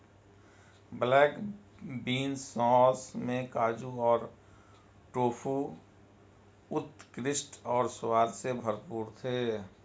black bean sauce में काजू और टोफू उत्कृष्ट और स्वाद से भरपूर थे